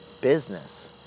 business